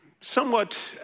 Somewhat